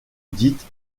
dite